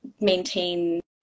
maintain